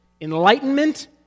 enlightenment